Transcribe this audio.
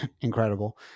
incredible